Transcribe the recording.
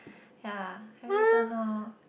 ya I really don't know